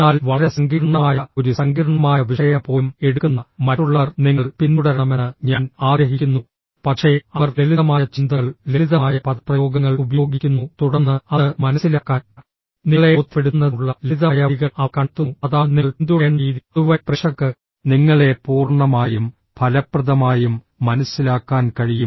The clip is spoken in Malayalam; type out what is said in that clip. എന്നാൽ വളരെ സങ്കീർണ്ണമായ ഒരു സങ്കീർണ്ണമായ വിഷയം പോലും എടുക്കുന്ന മറ്റുള്ളവർ നിങ്ങൾ പിന്തുടരണമെന്ന് ഞാൻ ആഗ്രഹിക്കുന്നു പക്ഷേ അവർ ലളിതമായ ചിന്തകൾ ലളിതമായ പദപ്രയോഗങ്ങൾ ഉപയോഗിക്കുന്നു തുടർന്ന് അത് മനസിലാക്കാൻ നിങ്ങളെ ബോധ്യപ്പെടുത്തുന്നതിനുള്ള ലളിതമായ വഴികൾ അവർ കണ്ടെത്തുന്നു അതാണ് നിങ്ങൾ പിന്തുടരേണ്ട രീതി അതുവഴി പ്രേക്ഷകർക്ക് നിങ്ങളെ പൂർണ്ണമായും ഫലപ്രദമായും മനസ്സിലാക്കാൻ കഴിയും